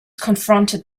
confronted